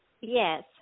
Yes